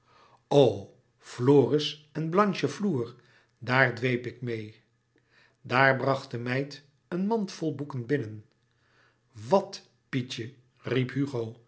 floris en blanchefloer daar dweep ik meê daar bracht de meid een mand vol boeken binnen wat pietje